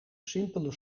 simpele